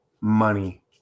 money